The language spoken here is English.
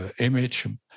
image